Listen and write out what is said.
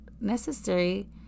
necessary